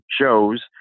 shows